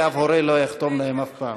כי שום הורה לא יחתום להם אף פעם.